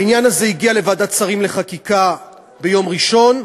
העניין הזה הגיע לוועדת שרים לחקיקה ביום ראשון.